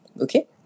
okay